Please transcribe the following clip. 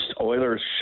Oilers